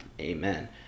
Amen